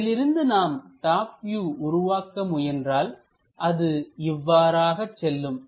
இதிலிருந்து நாம் top view உருவாக்க முயன்றால் அது இவ்வாறாக செல்லும்